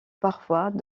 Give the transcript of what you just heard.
parfois